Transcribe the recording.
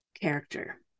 Character